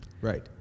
Right